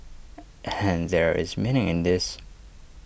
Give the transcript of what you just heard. and there is meaning in this